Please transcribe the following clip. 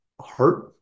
heart